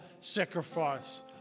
sacrifice